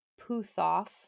Puthoff